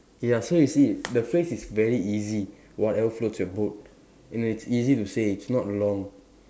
K ya so you see the phrase is very easy whatever floats your boat and then it's easy to say it's not long